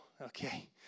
Okay